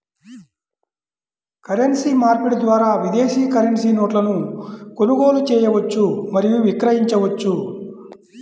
currency మార్పిడి ద్వారా విదేశీ కరెన్సీ నోట్లను కొనుగోలు చేయవచ్చు మరియు విక్రయించవచ్చు